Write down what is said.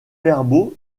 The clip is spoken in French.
verbaux